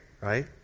right